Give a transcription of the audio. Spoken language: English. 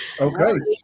Okay